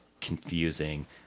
confusing